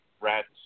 rats